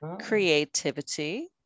creativity